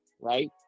right